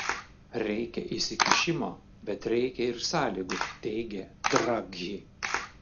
reikia įsikišimo bet reikia ir sąlygų teigė draghi